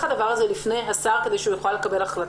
הדבר הזה בפני השר כדי שהוא יוכל לקבל החלטה?